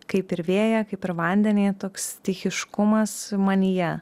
kaip ir vėją kaip ir vandenį toks stichiškumas manyje